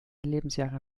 lebensjahre